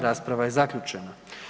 Rasprava je zaključena.